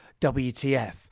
WTF